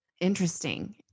Interesting